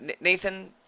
Nathan